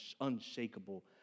unshakable